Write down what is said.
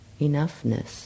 enoughness